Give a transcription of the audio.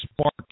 spark